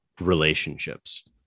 relationships